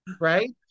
right